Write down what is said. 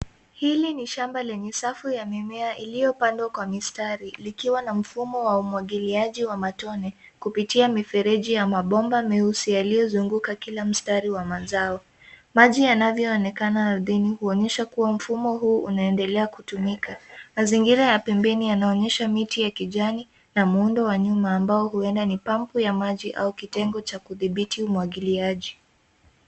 Hili ni shamba lenye safu la mimea iliyopandwa kwa mistari likiwa na mfumo wa umwagiliaji wa matone kupitia mifereji ya mabomba meusi yaliyozunguka kila mstari ya mazao. Maji yanavyoonekana ardhini huonyesha kuwa mfumo huu unaendelea kutumika. Mazingira ya pembeni yanaonyesha miti ya kijani na muundo wa nyuma ambao huenda ni pampu ya maji au kitengo ya kudhibiti umwagiliaji.